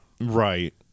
Right